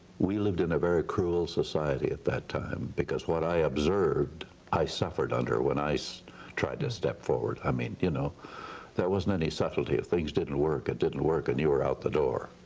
we lived in a very cruel society at that time because what i observed i suffered under when i so tried to step forward. i mean you know there wasn't any subtlety. if things didn't work it didn't work and you were out the door.